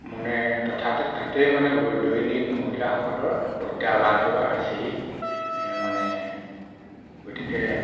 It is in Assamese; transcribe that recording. মানে কথাটো তাতে মানে বহুত দৈনিক মহিলাসকলৰ প্ৰত্যাহ্বানটো আছেই মানে গতিকে